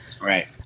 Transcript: Right